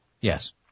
Yes